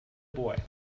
boy